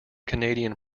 canadian